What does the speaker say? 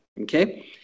okay